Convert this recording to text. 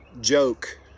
joke